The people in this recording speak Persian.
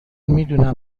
میدونم